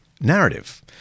narrative